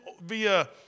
via